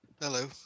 hello